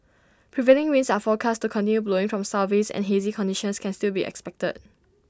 prevailing winds are forecast to continue blowing from Southeast and hazy conditions can still be expected